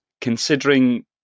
considering